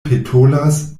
petolas